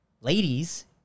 ladies